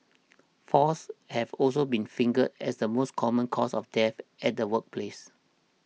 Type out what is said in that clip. falls have also been fingered as the most common cause of deaths at the workplace